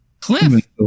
Cliff